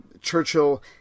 Churchill